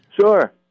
Sure